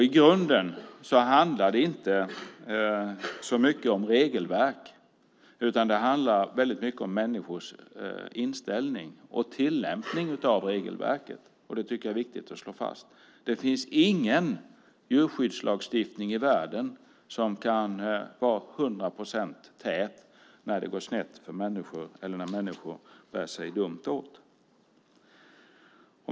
I grunden handlar det inte så mycket om regelverk, utan det handlar mycket om människors inställning och tillämpning av regelverket. Det tycker jag är viktigt att slå fast. Det finns ingen djurskyddslagstiftning i världen som kan vara hundra procent tät när det går snett för människor eller när människor bär sig dumt åt.